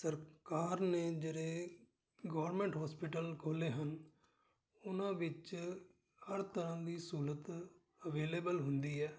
ਸਰਕਾਰ ਨੇ ਜਿਹੜੇ ਗੌਰਮੈਂਟ ਹੋਸਪਿਟਲ ਖੋਲ੍ਹੇ ਹਨ ਉਹਨਾਂ ਵਿੱਚ ਹਰ ਤਰ੍ਹਾਂ ਦੀ ਸਹੂਲਤ ਅਵੇਲੇਬਲ ਹੁੰਦੀ ਹੈ